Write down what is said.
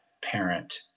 parent